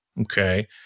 Okay